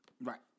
Right